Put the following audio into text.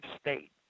state